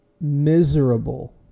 miserable